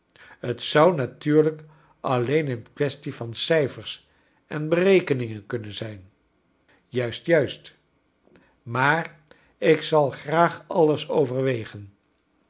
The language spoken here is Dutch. t zou natuurlijk alleen een quaes tie van cijfers en berekeningen kunnen zijn juist juist maar ik zal graag alles overwegen